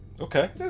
Okay